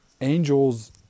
angels